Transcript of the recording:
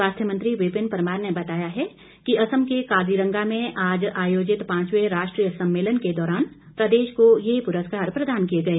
स्वास्थ्य मंत्री विपिन परमार ने बताया है कि असम के काजीरंगा में आज आयोजित पांचवे राष्ट्रीय सम्मेलन के दौरान प्रदेश को ये पुरस्कार प्रदान किए गए